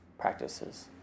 practices